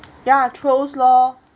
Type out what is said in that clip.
ya trolls lor